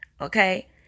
okay